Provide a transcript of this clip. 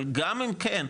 אבל גם אם כן,